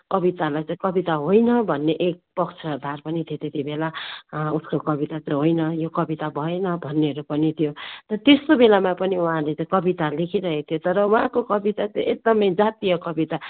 कवितालाई चाहिँ कविता होइन भन्ने एक पक्षधर पनि थिए त्यति बेला उसको कविता चाहिँ होइन यो कविता भएन भन्नेहरू पनि थियो र त्यस्तो बेलामा पनि उहाँले चाहिँ कविता लेखिरहेको थियो तर उहाँको कविता चाहिँ एकदमै जातीय कविता